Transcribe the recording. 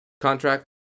contract